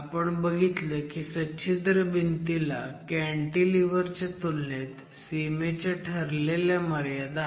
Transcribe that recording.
आपण बघितलं की सच्छिद्र भिंतीला कॅन्टीलिव्हर च्या तुलनेत सीमेच्या ठरलेल्या मर्यादा आहेत